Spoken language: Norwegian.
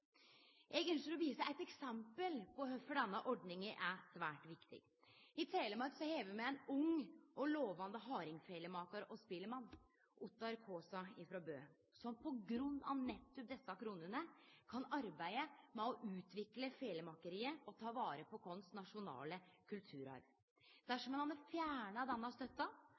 Eg ynskjer å vise eit eksempel på kvifor denne ordninga er svært viktig. I Telemark har me ein ung og lovande hardingfelemakar og spelemann, Ottar Kåsa, frå Bø, som på grunn av nettopp desse kronene kan arbeide med å utvikle felemakeriet og ta vare på vår nasjonale kulturarv. Dersom ein hadde fjerna denne støtta,